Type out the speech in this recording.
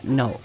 no